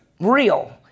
real